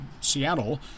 Seattle